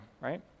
right